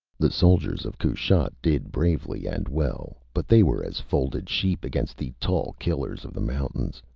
the soldiers of kushat did bravely and well, but they were as folded sheep against the tall killers of the mountains.